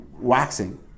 waxing